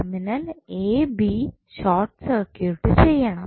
terminal A B short circuit ചെയ്യണം